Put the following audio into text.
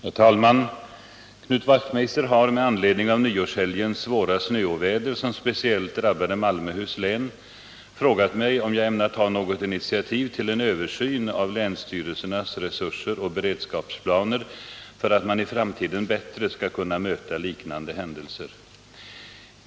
Herr talman! Knut Wachtmeister har — med anledning av nyårshelgens svåra snöoväder som speciellt drabbade Malmöhus län — frågat mig om jag ämnar ta något initiativ till en översyn av länsstyrelsernas resurser och beredskapsplaner för att man i framtiden bättre skall kunna möta liknande händelser.